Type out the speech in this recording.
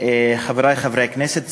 חברי חברי הכנסת,